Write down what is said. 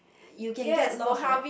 you can get lost right